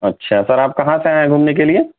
اچھا سر آپ کہاں سے آئے ہیں گھومنے کے لیے